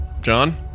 John